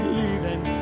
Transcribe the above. leaving